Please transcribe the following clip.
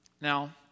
Now